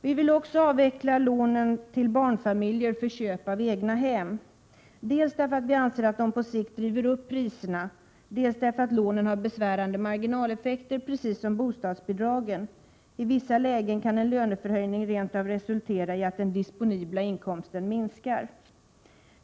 Vi vill också avveckla lånen till barnfamiljer för köp av eget hem. Vi vill göra det dels därför att vi anser att dessa lån på sikt driver upp priserna, dels därför att lånen har besvärande marginaleffekter, precis som bostadsbidragen. I vissa lägen kan en löneförhöjning rent av resultera i att den disponibla inkomsten minskar.